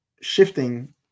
shifting